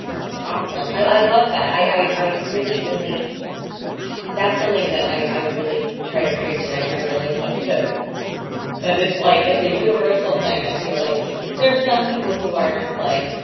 that's awesome. i love that. i i really, really that's something that i really try to preach and i i really love that it's like it's a universal thing i feel like cause there are some people who are just like,